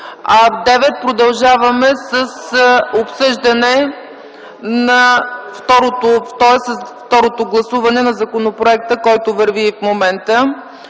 ч. продължаваме с обсъждане и второ гласуване на законопроекта, който върви в момента.